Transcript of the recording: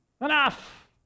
enough